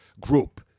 group